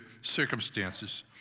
circumstances